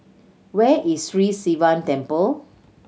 where is Sri Sivan Temple